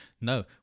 No